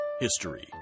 History